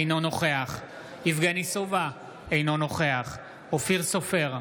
אינו נוכח יבגני סובה, אינו נוכח אופיר סופר,